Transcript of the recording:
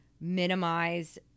minimize